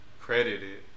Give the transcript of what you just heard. credited